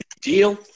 Deal